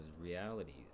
realities